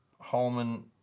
Holman